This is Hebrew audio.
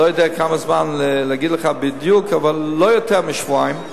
אני לא יודע כמה זמן להגיד לך בדיוק אבל לא יותר משבועיים,